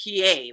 PA